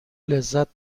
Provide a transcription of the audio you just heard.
لذت